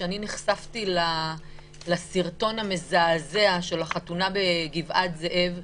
אני נחשפתי לסרטון המזעזע של החתונה בגבעת זאב,